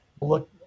look